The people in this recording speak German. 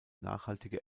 nachhaltige